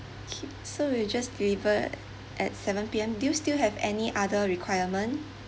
okay so we'll just delivered at seven P_M do you still have any other requirement